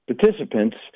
participants –